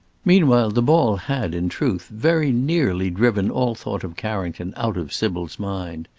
meanwhile the ball had, in truth, very nearly driven all thought of carrington out of sybil's mind.